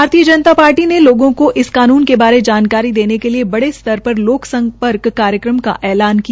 भारतीय जनता पार्टी ने लोगों को इस कानून के बारे जानकारी देने के लिए बड़े स्तर पर लोकसम्पर्क कार्यक्रम का ऐलान किया